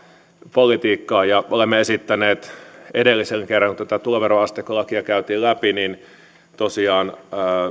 politiikkaa ja olemme esittäneet edellisen kerran kun tätä tuloveroasteikkolakia käytiin läpi tosiaan